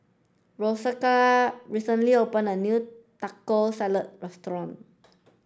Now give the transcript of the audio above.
Rosco recently opened a new Taco Salad Restaurant